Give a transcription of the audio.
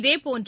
இதேபோன்று